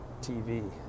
tv